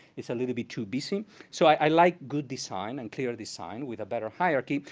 it's a little bit too busy. so i like good design, and clear design, with a better hierarchy.